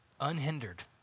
unhindered